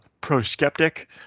pro-skeptic